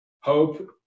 Hope